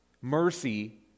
Mercy